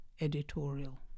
editorial